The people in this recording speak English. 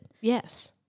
Yes